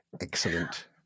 excellent